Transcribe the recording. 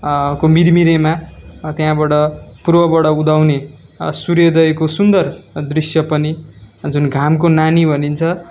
को मिरमिरेमा न त्यहाँबाट पूर्वबाट उदाउने सूर्योदयको सुन्दर दृश्य पनि जुन घामको नानी भनिन्छ